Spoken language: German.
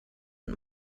und